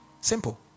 Simple